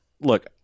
look